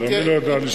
אני לא יודע לשלוף.